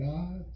God